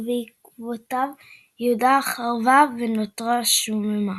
ובעקבותיו יהודה חרבה ונותרה שוממה.